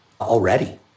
already